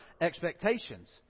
expectations